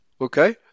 okay